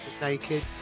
naked